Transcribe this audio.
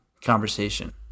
Conversation